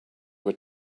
were